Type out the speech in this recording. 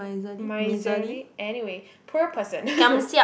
miserly anyway poor person